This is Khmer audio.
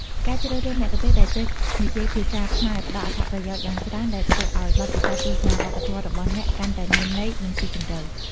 ការជ្រើសរើសមគ្គុទ្ទេសក៍ដែលចេះនិយាយភាសាខ្មែរផ្តល់អត្ថប្រយោជន៍យ៉ាងច្រើន ដែលធ្វើឲ្យបទពិសោធន៍ទស្សនាវប្បធម៌របស់អ្នកកាន់តែមានន័យ និងស៊ីជម្រៅ។